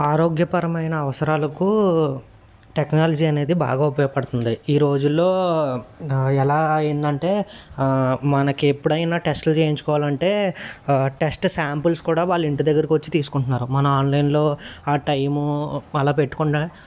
ఆరోగ్యపరమైన అవసరాలకూ టెక్నాలజీ అనేది బాగా ఉపయోగపడుతుంది ఈ రోజుల్లో ఎలా అయ్యిందంటే మనకి ఎప్పుడైనా టెస్ట్లు చేయించుకోలంటే టెస్ట్ శాంపుల్స్ కూడా వాళ్ళు ఇంటి దగ్గరకు వచ్చి తీసుకుంటున్నారు మన ఆన్లైన్లో ఆ టైము అలా పెట్టుకుంట